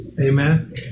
Amen